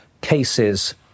cases